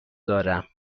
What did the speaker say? دارم